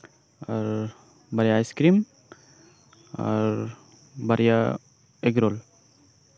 ᱵᱟᱨᱭᱟ ᱟᱭᱤᱥᱠᱤᱨᱤᱢ ᱵᱟᱨᱭᱟ ᱮᱜᱽᱨᱳᱞ